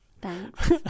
Thanks